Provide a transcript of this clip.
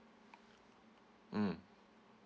mm